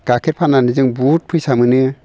गायखेर फाननानै जों बुहुद फैसा मोनो